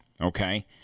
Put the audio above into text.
Okay